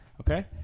Okay